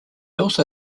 also